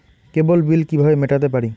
কেবল bill কিভাবে মেটাতে পারি?